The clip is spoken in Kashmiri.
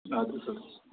اَدٕ حظ اَدٕ حظ